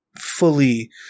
fully